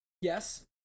Yes